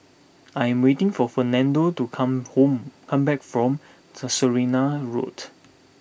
I am waiting for Fernando to come home come back from Casuarina Road